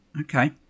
okay